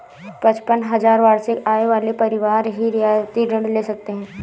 पचपन हजार वार्षिक आय वाले परिवार ही रियायती ऋण ले सकते हैं